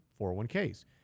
401ks